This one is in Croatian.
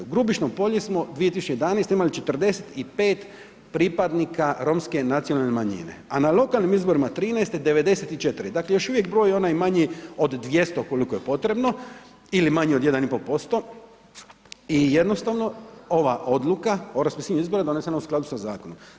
U Grubišnom Polju smo 2011. imali 45 pripadnika romske nacionalne manjine, a na lokalnim izborima '13. 94, dakle još uvijek broj onaj manji od 200 koliko je potrebno ili manji od 1,5% i jednostavno ova odluka o raspisivanju izbora donesena u skladu sa zakonom.